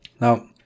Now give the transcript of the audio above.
Now